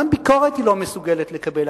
גם ביקורת היא לא מסוגלת לקבל,